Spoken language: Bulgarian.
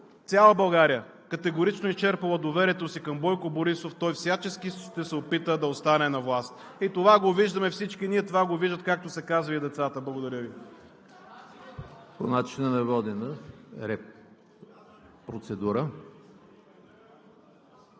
цяла България категорично е изчерпала доверието си към Бойко Борисов, той всячески ще се опита да остане на власт. Това го виждаме всички ние, това го виждат, както се казва, и децата. Благодаря Ви.